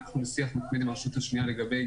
אנחנו בשיח עם הרשות השניה לגבי